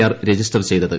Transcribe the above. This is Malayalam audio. ആർ രജിസ്റ്റർ ചെയ്തത്